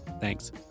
Thanks